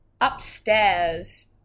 upstairs